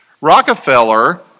Rockefeller